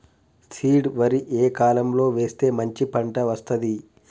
Seed వరి ఏ కాలం లో వేస్తే మంచి పంట వస్తది?